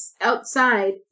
outside